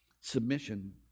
submission